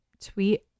tweet